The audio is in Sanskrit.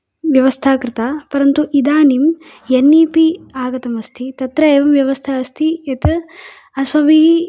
व्यवस्था कृता परन्तु इदानीं एन् ई पी आगतम् अस्ति तत्र इयं व्यवस्था अस्ति यत् अस्माभिः